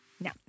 No